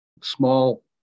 small